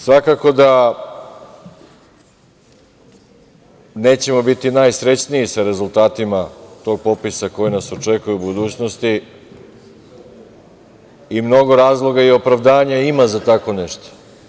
Svakako da nećemo biti najsrećniji sa rezultatima tog popisa koji nas očekuje u budućnosti i mnogo razloga i opravdanja ima za tako nešto.